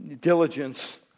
diligence